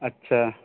اچھا